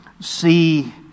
see